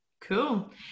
Cool